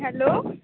hello